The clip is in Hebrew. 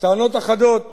טענות אחדות